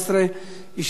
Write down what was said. נמצא.